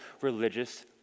religious